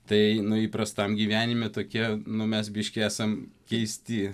tai nu įprastam gyvenime tokie nu mes biškį esam keisti